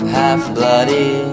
half-bloody